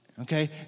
Okay